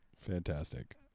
Fantastic